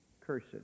cursed